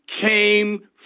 came